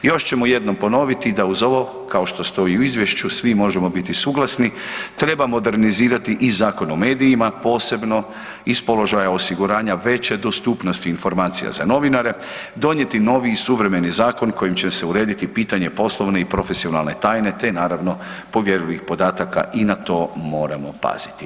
Još ćemo jednom ponoviti da uz ovo kao što stoji i u izvješću svi možemo biti suglasni, treba modernizirati i Zakon o medijima, posebno iz položaja osiguranja veće dostupnosti informacija za novinare, donijeti novi i suvremeni zakon kojim će se urediti pitanje profesionalne i poslovne tajne te naravno povjerljivih podataka i na to moramo paziti.